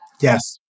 Yes